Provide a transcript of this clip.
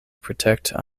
protect